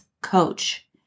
coach